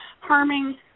harming